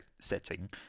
setting